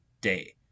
day